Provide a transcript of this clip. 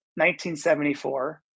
1974